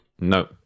No